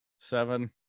Seven